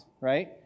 right